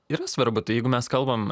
yra svarbu tai jeigu mes kalbam